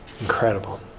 Incredible